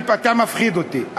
אתה מפחיד אותי.